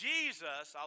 Jesus